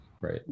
right